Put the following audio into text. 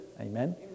Amen